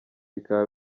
bikaba